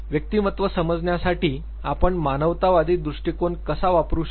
व्यक्तिमत्व समजण्यासाठी आपण मानवतावादी दृष्टीकोन कसा वापरू शकतो